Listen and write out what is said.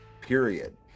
period